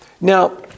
Now